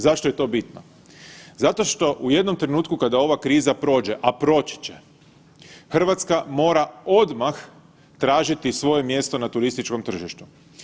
Zašto je to bitno, zato što u jednom trenutku kada ova kriza prođe, a proći će Hrvatska mora odmah tražiti svoje mjesto na turističkom tržištu.